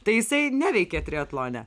tai jisai neveikia triatlone